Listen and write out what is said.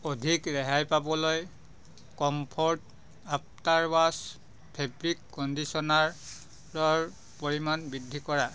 অধিক ৰেহাই পাবলৈ কম্ফৰ্ট আফ্টাৰ ৱাছ ফেব্ৰিক কণ্ডিচনাৰৰ পৰিমাণ বৃদ্ধি কৰা